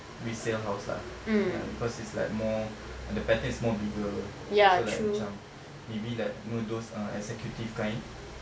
resale house lah ya because it's like more the pattern is more bigger so like macam maybe like you know those uh executive kind